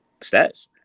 stats